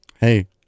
Hey